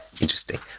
interesting